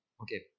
okay